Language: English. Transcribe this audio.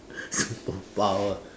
superpower